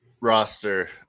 roster